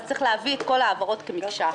אז צריך להביא את כל ההעברות כמקשה אחת.